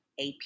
AP